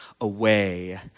away